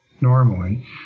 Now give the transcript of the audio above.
normally